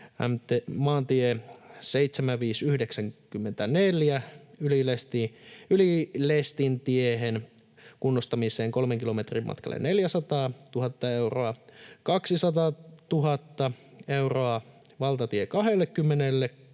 maantien 7594, Ylilestintien, kunnostamiseen kolmen kilometrin matkalle 400 000 euroa, 200 000 euroa valtatie 20:lle